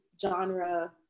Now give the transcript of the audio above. Genre